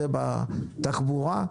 זה לגבי התחבורה.